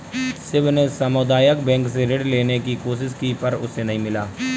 शिव ने सामुदायिक बैंक से ऋण लेने की कोशिश की पर उसे नही मिला